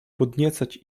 podniecać